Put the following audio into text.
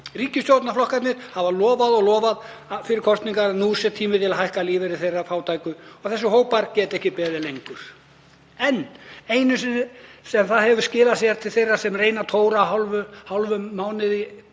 Ríkisstjórnarflokkarnir hafa lofað því og lofað fyrir kosningar að nú sé tími til að hækka lífeyri þeirra fátæku. Þessir hópar geta ekki beðið lengur. Það eina sem hefur skilað sér til þeirra sem reyna að tóra hálfan mánuð á